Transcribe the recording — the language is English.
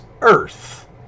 Earth